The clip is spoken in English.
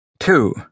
Two